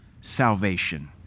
salvation